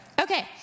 Okay